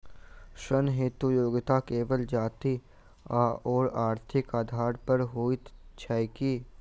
ऋण हेतु योग्यता केवल जाति आओर आर्थिक आधार पर होइत छैक की?